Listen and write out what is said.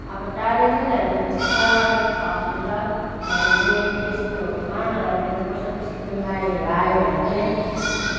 अब टाढा नै लैजाउनु त्यसको बाद हस्पिटल भरे फेरि त्यस्तोहरूमा लैजाउनुपर्छ त्यस्तो बिमारीहरू आयो भने चाहिँ